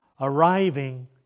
arriving